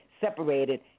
separated